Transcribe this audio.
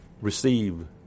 receive